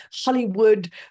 Hollywood